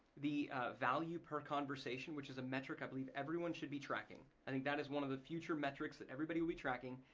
the value per conversation which is a metric i believe everyone should be tracking. i think that is one of the future metrics that everybody will be tracking.